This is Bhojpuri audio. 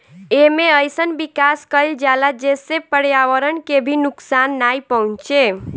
एमे अइसन विकास कईल जाला जेसे पर्यावरण के भी नुकसान नाइ पहुंचे